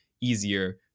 easier